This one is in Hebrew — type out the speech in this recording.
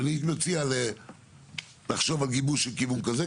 אני מציע לחשוב על גיבוש כיוון כזה.